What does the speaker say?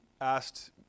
asked